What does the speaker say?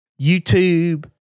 YouTube